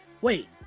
wait